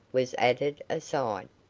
was added aside.